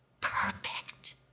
perfect